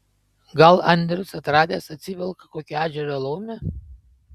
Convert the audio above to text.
o gal andrius atradęs atsivelka kokią ežero laumę